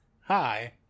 Hi